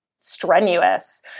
strenuous